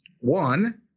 One